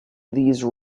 these